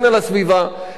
חברות וחברים,